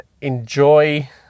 enjoy